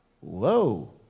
Whoa